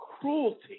cruelty